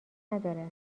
نداره